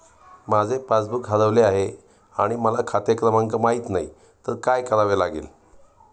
माझे पासबूक हरवले आहे आणि मला खाते क्रमांक माहित नाही तर काय करावे लागेल?